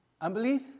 Unbelief